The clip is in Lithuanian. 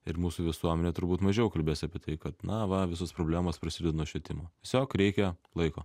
ir mūsų visuomenė turbūt mažiau kalbės apie tai kad na va visos problemos prasideda nuo švietimo tiesiog reikia laiko